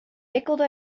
wikkelde